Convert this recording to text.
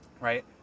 Right